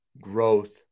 growth